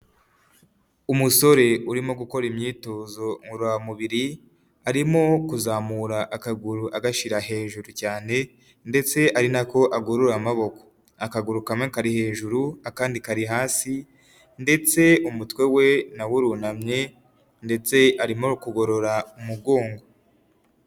Umusore urimo gukora imyitozo ngororamubiri arimo kuzamura akaguru agashyira hejuru cyane ndetse ari nako agurura amaboko, akaguru kamwe kari hejuru akandi kari hasi ndetse umutwe we nawo urunamye ndetse arimo no kugorora umugongo.